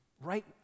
right